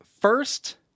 first